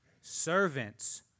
Servants